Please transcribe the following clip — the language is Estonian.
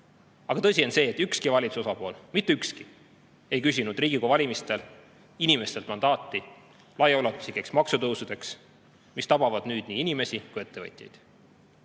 Aga tõsi on see, et ükski valitsuse osapool, mitte ükski, ei küsinud Riigikogu valimistel inimestelt mandaati laiaulatuslikeks maksutõusudeks, mis tabavad nüüd nii inimesi kui ka ettevõtjaid.